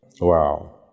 Wow